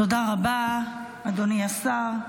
תודה רבה, אדוני השר.